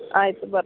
ಆಯ್ತು ಬರ್ತೀವಿ